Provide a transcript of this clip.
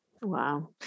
Wow